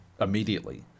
immediately